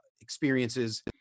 experiences